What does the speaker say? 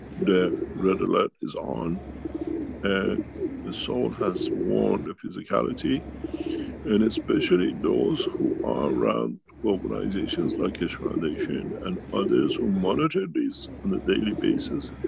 the red alert is on and the soul has warned the physicality and especially, those who are around organizations like keshe foundation and others who monitor these on a daily basis,